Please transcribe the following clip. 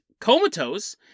comatose